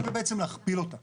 ובעצם להכפיל אותה